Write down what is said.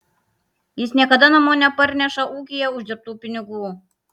jis niekada namo neparneša ūkyje uždirbtų pinigų